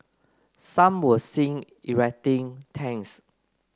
some were seen erecting tents